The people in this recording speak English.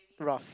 rough